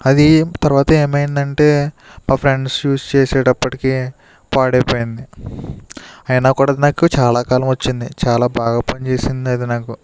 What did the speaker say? అది తర్వాత ఏమైందంటే మా ఫ్రెండ్స్ యూస్ చేసేటప్పటికి పాడైపోయింది అయినా కూడా నాకు చాలాకాలం వచ్చింది చాలా బాగా పనిచేసింది అది నాకు